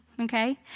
okay